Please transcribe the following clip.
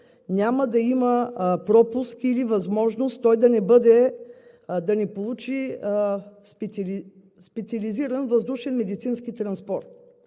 няма да има пропуск или възможност той да не получи специализиран въздушен медицински транспорт.